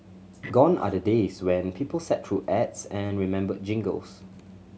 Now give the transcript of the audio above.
gone are the days when people sat through ads and remembered jingles